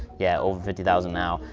yeah, over fifty thousand now.